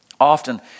often